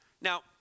Now